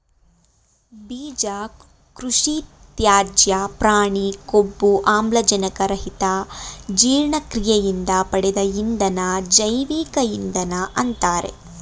ಬೀಜ ಕೃಷಿತ್ಯಾಜ್ಯ ಪ್ರಾಣಿ ಕೊಬ್ಬು ಆಮ್ಲಜನಕ ರಹಿತ ಜೀರ್ಣಕ್ರಿಯೆಯಿಂದ ಪಡೆದ ಇಂಧನ ಜೈವಿಕ ಇಂಧನ ಅಂತಾರೆ